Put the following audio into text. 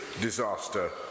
disaster